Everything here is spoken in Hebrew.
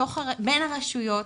בין הרשויות.